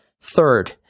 Third